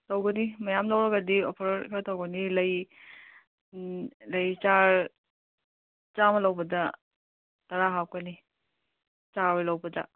ꯇꯧꯒꯅꯤ ꯃꯌꯥꯝ ꯂꯧꯔꯒꯗꯤ ꯑꯣꯐꯔ ꯈꯔ ꯇꯧꯒꯅꯤ ꯂꯩ ꯂꯩ ꯆꯥꯔꯥ ꯆꯥꯃ ꯂꯧꯕꯗ ꯇꯔꯥ ꯍꯥꯞꯀꯅꯤ ꯆꯥꯔꯥ ꯑꯣꯏꯅ ꯂꯧꯕꯗ